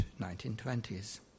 1920s